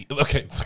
Okay